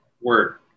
word